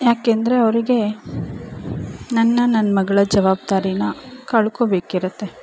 ಯಾಕಂದ್ರೆ ಅವರಿಗೆ ನನ್ನ ನನ್ನ ಮಗಳ ಜವಾಬ್ಧಾರಿಯ ಕಳ್ಕೊಬೇಕಿರುತ್ತೆ